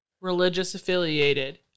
religious-affiliated